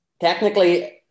technically